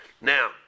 Now